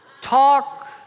talk